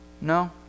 No